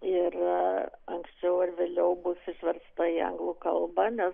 ir anksčiau ar vėliau bus išversta į anglų kalbą nes